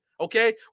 Okay